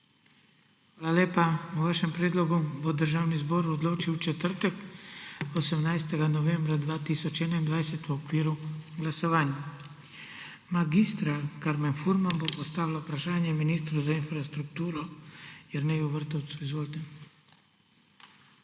Hvala lepa. O vašem predlogu bo Državni zbor odločil v četrtek, 18. novembra 2021, v okviru glasovanj. Mag. Karmen Furman bo postavila vprašanje ministru za infrastrukturo Jerneju Vrtovcu. Izvolite.